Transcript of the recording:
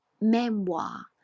memoir